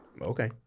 okay